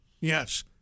yes